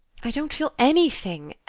i don't feel anything.